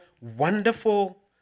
Wonderful